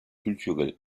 culturel